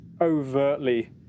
overtly